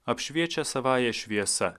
apšviečia savąja šviesa